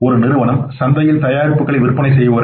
ஒரு நிறுவனம் சந்தையில் தயாரிப்புகளை விற்பனை செய்வார்கள்